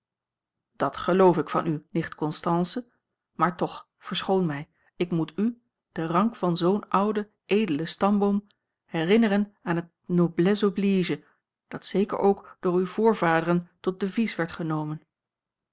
dat geloof ik van u nicht constance maar toch verschoon mij ik moet u de rank van zoo'n ouden edelen stamboom herinneren aan het noblesse oblige dat zeker ook door uwe voorvaderen tot devies werd genomen